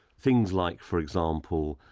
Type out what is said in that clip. things like, for example,